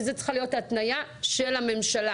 וזו צריכה להיות ההתניה של הממשלה